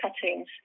cuttings